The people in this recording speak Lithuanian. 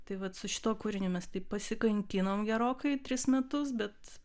tai vat su šituo kūriniu mes taip pasikankinom gerokai tris metus bet